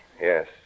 Yes